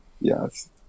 Yes